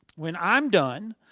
when i'm done,